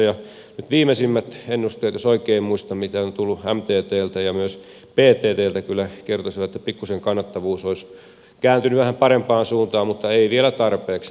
nyt viimeisimmät ennusteet jos oikein muistan mitä on tullut mttltä ja myös vttltä kyllä kertoisivat että pikkuisen kannattavuus olisi kääntynyt vähän parempaan suuntaan mutta ei vielä tarpeeksi